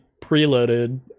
preloaded